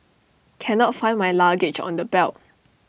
cannot find my luggage on the belt